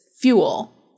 fuel